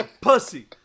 pussy